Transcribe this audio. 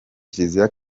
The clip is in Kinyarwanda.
kiliziya